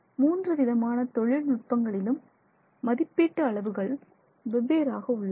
மூன்றுவிதமான தொழில்நுட்பங்களிலும் மதிப்பீட்டு அளவுகள் வெவ்வேறாக உள்ளன